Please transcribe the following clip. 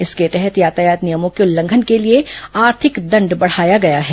इसके तहत यातायात नियमों के उल्लंघन के लिए आर्थिक दंड बढाया गया है